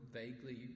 vaguely